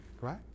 right